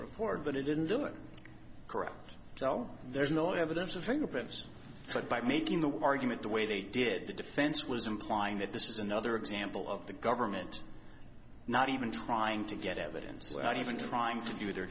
report but it didn't do it correct well there's no evidence of fingerprints but by making the argument the way they did the defense was implying that this is another example of the government not even trying to get evidence without even trying to do their